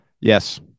yes